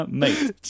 mate